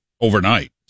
overnight